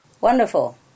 wonderful